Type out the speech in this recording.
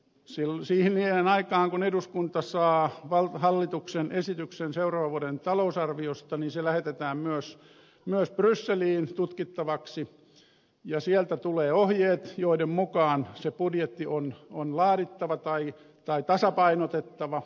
ilmeistä on että siihen aikaan kun eduskunta saa hallituksen esityksen seuraavan vuoden talousarviosta se lähetetään myös brysseliin tutkittavaksi ja sieltä tulevat ohjeet joiden mukaan se budjetti on laadittava tai tasapainotettava